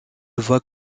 voit